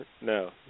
no